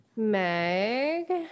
Meg